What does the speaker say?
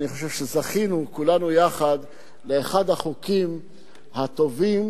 אני חושב שזכינו כולנו יחד לאחד החוקים הטובים,